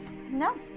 No